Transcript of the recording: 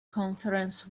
conference